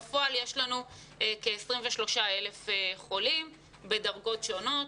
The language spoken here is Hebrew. בפועל יש לנו כ-23,000 חולים בדרגות שונות,